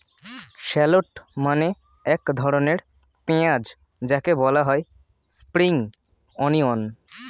shallot মানে এক ধরনের পেঁয়াজ যাকে বলা হয় স্প্রিং অনিয়ন